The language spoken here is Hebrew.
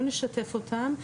לא נשתף אותם,